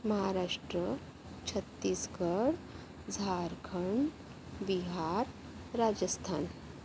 Maharashtra Chhattisgarh Jharkhand Bihar Rajasthan